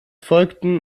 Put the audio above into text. folgten